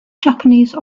japanese